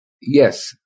Yes